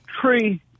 tree